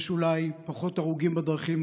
יש אולי פחות הרוגים בדרכים,